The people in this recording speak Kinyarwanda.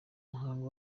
muhango